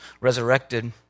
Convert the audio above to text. resurrected